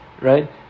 right